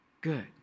good